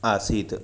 आसीत्